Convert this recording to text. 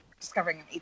discovering